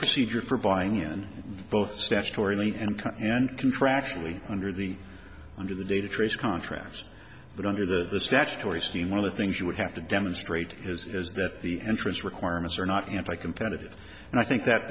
procedure for buying in both statutory and cut and contractually under the under the data trace contrast but under the statutory scheme one of the things you would have to demonstrate has as that the entrance requirements are not anti competitive and i think that